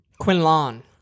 Quinlan